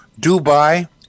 Dubai